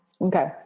Okay